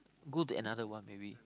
go to another one maybe